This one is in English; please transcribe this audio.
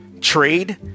trade